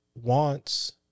wants